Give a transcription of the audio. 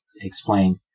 explain